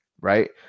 Right